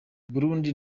burundi